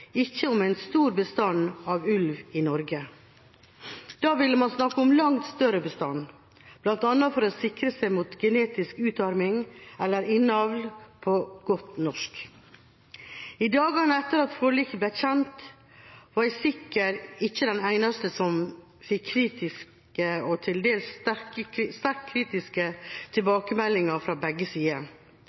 ikke om en stor bestand av ulv i Norge. Da ville man ha snakket om en langt større bestand, bl.a. for å sikre seg mot genetisk utarming, eller innavl på godt norsk. I dagene etter at forliket ble kjent, var jeg sikkert ikke den eneste som fikk kritiske og til dels sterkt kritiske tilbakemeldinger fra begge sider.